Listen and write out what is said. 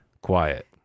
quiet